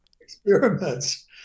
experiments